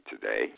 today